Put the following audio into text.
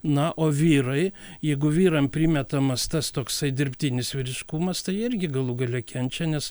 na o vyrai jeigu vyram primetamas tas toksai dirbtinis vyriškumas tai jie irgi galų gale kenčia nes